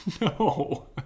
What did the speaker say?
No